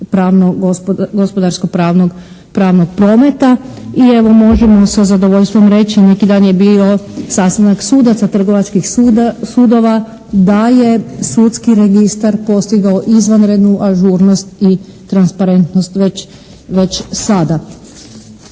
gospodarsko-pravnog prometa i evo možemo sa zadovoljstvom reći neki dan je bio sastanak sudaca trgovačkih sudova da je sudski registar postigao izvanrednu ažurnost i transparentnost već sada.